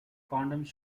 condoms